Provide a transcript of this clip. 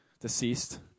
Deceased